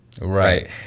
Right